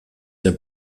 der